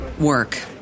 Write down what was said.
Work